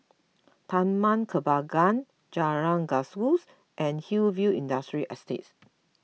Taman Kembangan Jalan Gajus and Hillview Industrial Estate